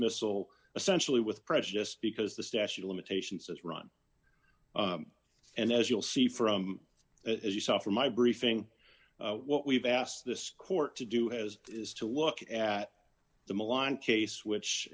dismissal essentially with prejudice because the statute of limitations has run and as you'll see from as you saw from my briefing what we've asked this court to do has is to look at the milan case which